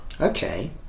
Okay